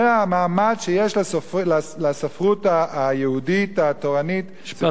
זה המעמד שיש לספרות היהודית התורנית בספרי הקודש,